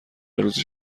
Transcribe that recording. روزی